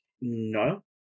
no